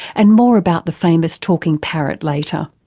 and more about the famous talking parrot later.